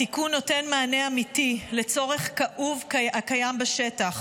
התיקון נותן מענה אמיתי לצורך כאוב הקיים בשטח.